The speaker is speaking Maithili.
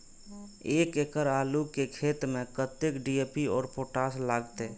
एक एकड़ आलू के खेत में कतेक डी.ए.पी और पोटाश लागते?